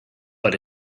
but